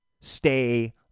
Stay